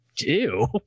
ew